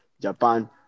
Japan